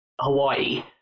Hawaii